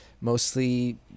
mostly